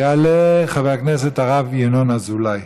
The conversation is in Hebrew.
יעלה חבר הכנסת הרב ינון אזולאי.